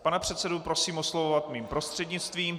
Pane předsedo, prosím oslovovat mým prostřednictvím.